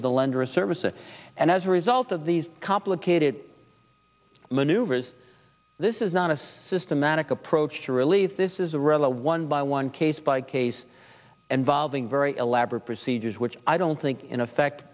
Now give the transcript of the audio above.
of the lender services and as a result of these complicated maneuvers this is not a systematic approach to relieve this is a real a one by one case by case and valving very elaborate procedures were i don't think in effect